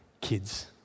Kids